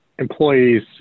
employees